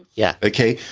yeah. okay.